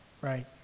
right